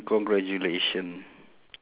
congratulation